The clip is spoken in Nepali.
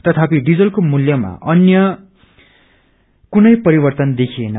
तथापि डिजलको मूल्यामा आज कुनै परिवर्तन देखिएन